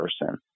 person